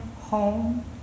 home